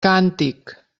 càntic